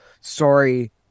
sorry